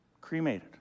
Cremated